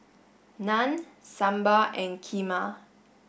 Naan Sambar and Kheema